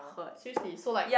seriously so like